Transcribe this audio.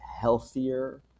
healthier